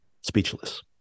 speechless